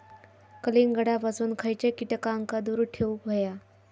कलिंगडापासून खयच्या कीटकांका दूर ठेवूक व्हया?